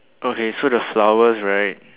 okay so the flowers right